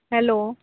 hello